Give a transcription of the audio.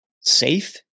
safe